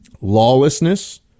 lawlessness